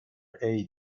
عید